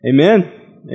Amen